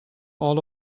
all